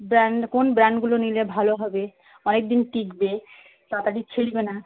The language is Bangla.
ব্র্যান্ড কোন ব্র্যান্ডগুলো নিলে ভালো হবে অনেক দিন টিকবে তাড়াতাড়ি ছিঁড়বে না